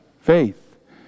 Faith